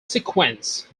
sequence